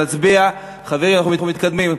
חברים, אנחנו מתקדמים.